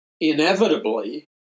inevitably